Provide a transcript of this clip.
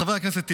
חבר הכנסת טיבי,